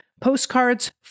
postcards